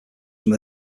from